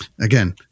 again